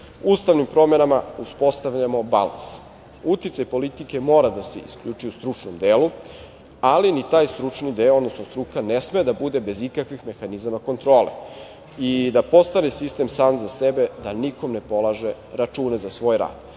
Ustavom. Ustavnim promenama uspostavljamo balans. Uticaj politike mora da se isključi u stručnom delu, ali ni taj stručni deo, odnosno struka ne sme da bude bez ikakvih mehanizama kontrole i da postane sistem sam za sebe, da nikome ne polaže račune za svoj rad.